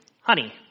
Honey